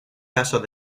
casos